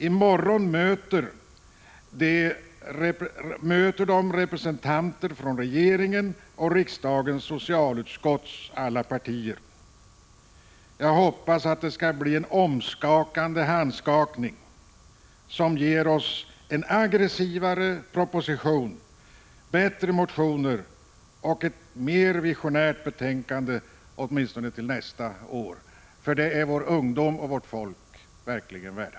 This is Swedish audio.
I morgon möter de representanter från regeringen och alla partier i riksdagens socialutskott. Jag hoppas att det skall bli en omskakande handskakning, som ger oss en aggressivare proposition, bättre motioner och ett mer visionärt betänkande åtminstone till nästa år. För det är vår ungdom och vårt folk verkligen värda.